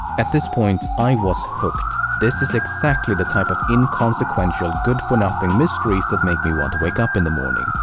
at this point, i was hooked. this is exactly the type of inconsequential good-for-nothing mysteries that make me want to wake up in the morning.